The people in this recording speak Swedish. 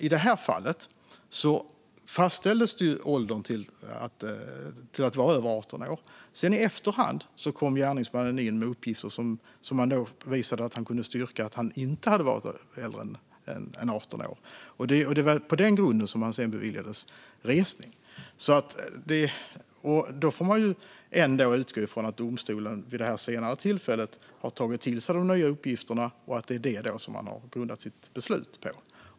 I det här fallet fastställdes åldern till över 18 år. Sedan kom gärningsmannen i efterhand in med uppgifter som styrkte att han inte hade varit äldre än 18 år. Det var på den grunden som han sedan beviljades resning. Man får ändå utgå från att domstolen vid det senare tillfället har tagit till sig de nya uppgifterna och att det är dem som beslutet har grundats på.